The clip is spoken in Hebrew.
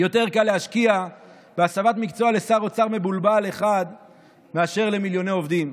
יותר קל להשקיע בהסבת מקצוע לשר אוצר מבולבל אחד מאשר למיליוני עובדים.